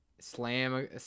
Slam